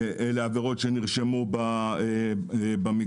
אלה עבירות שנרשמו במגזר.